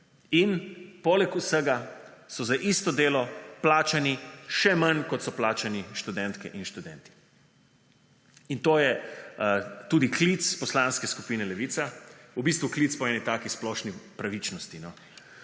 In poleg vsega so za isto delo plačani še manj, kot so plačani študentke in študenti. In to je tudi klic Poslanske skupine Levica, v bistvu klic po neki taki splošni pravičnosti,